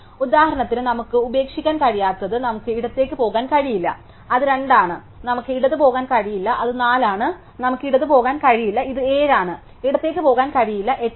ഉദാഹരണത്തിന് നമുക്ക് ഉപേക്ഷിക്കാൻ കഴിയാത്തത് നമുക്ക് ഇടത്തേക്ക് പോകാൻ കഴിയില്ല അത് 2 ആണ് നമുക്ക് ഇടത് പോകാൻ കഴിയില്ല അത് 4 ആണ് നമുക്ക് ഇടത് പോകാൻ കഴിയില്ല ഇത് 7 ആണ് ഇടത്തേക്ക് പോകാൻ കഴിയില്ല 8 ആണ് അത്